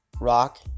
Rock